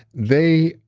they.